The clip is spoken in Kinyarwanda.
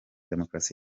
demokarasi